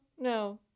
no